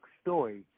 story